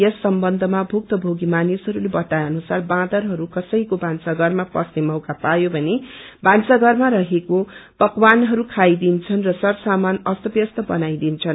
यस सम्वन्धमा थुक्तभोगी मानिसहरूले बताए अनुसार बाँदरहरू कसैको भान्साघरमा पस्ने मौक्व परयो भने थान्साषरमा रहेको पकवानहरू खाइदिन्छन् र सरसमान अस्तव्यस्त बनाई दिन्छन्